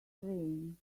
train